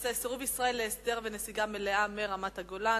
בנושא סירוב ישראל להסדר ולנסיגה מלאה מהגולן,